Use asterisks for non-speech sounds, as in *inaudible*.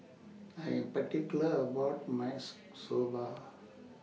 I Am particular about My *unintelligible* Soba